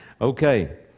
Okay